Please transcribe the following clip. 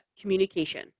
Communication